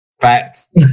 Facts